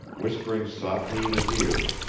whispering softly in his ears,